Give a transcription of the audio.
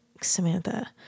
Samantha